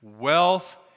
Wealth